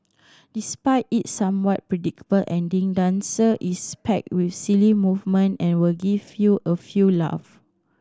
despite its somewhat predictable ending Dancer is packed with silly moment and will give you a few laugh